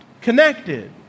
connected